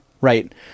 right